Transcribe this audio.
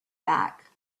back